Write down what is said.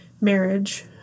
marriage